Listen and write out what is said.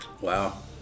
Wow